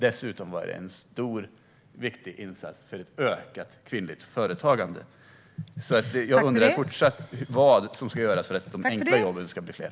Dessutom var det en stor och viktig insats för ett ökat kvinnligt företagande. Jag undrar fortsatt vad som ska göras för att de enkla jobben ska bli fler.